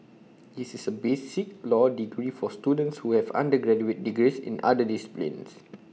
this is A B C law degree for students who have undergraduate degrees in other disciplines